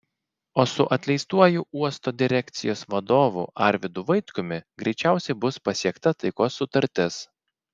o su atleistuoju uosto direkcijos vadovu arvydu vaitkumi greičiausiai bus pasiekta taikos sutartis